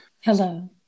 hello